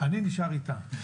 אני נשאר איתה.